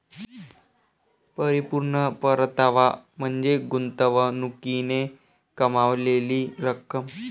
परिपूर्ण परतावा म्हणजे गुंतवणुकीने कमावलेली रक्कम